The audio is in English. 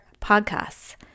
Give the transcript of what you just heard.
podcasts